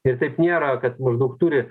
ir taip nėra kad maždaug turi